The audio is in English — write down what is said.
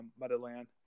motherland